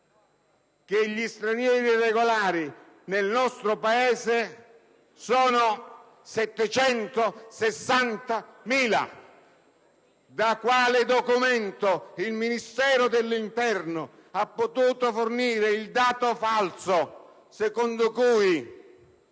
che gli stranieri irregolari nel nostro Paese sono 760.000. In base a quale documento il Ministero dell'interno ha potuto fornire il dato falso, secondo cui